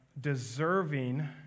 deserving